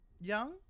Young